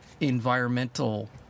environmental